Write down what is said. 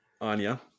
Anya